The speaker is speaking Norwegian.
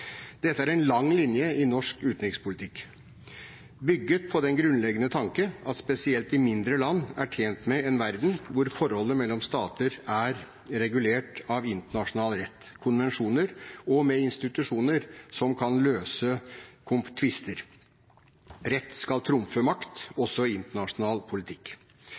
Dette er en lang linje i norsk utenrikspolitikk, bygd på den grunnleggende tanken at spesielt de mindre landene er tjent med en verden hvor forholdet mellom stater er regulert av internasjonal rett, konvensjoner og med institusjoner som kan løse tvister. Rett skal trumfe makt, også i internasjonal politikk.